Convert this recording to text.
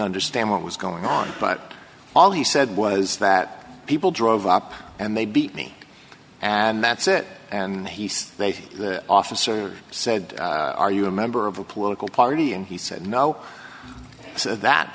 understand what was going on but all he said was that people drove up and they beat me and that's it and he said that the officer said are you a member of a political party and he said no so that